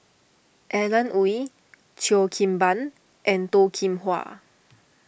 Alan Oei Cheo Kim Ban and Toh Kim Hwa